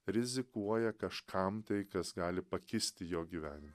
rizikuoja kažkam tai kas gali pakisti jo gyvenime